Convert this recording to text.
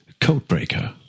Codebreaker